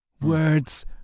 words